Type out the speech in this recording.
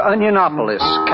Onionopolis